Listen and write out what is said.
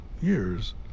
years